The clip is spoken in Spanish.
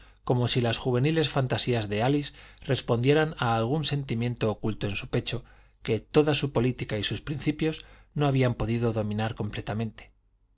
como si las juveniles fantasías de álice respondieran a algún sentimiento oculto en su pecho que toda su política y sus principios no habían podido dominar completamente